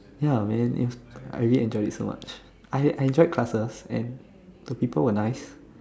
ya man if I really enjoyed it so much I I enjoyed classes and the people were nice